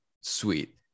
Sweet